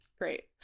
Great